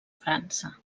frança